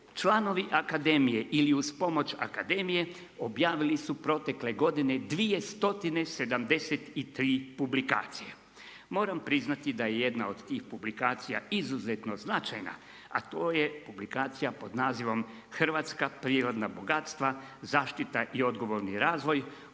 članovi akademije ili uz pomoć akademije objavili su protekle godine 273 publikacije. Moram priznati da je jedna od tih publikacija izuzetno značajna a to je publikacija pod nazivom Hrvatska prirodna bogatstva, zaštita i odgovorno razvoj